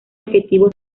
objetivos